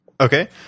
Okay